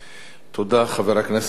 תודה, חבר הכנסת טיבי.